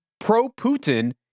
pro-Putin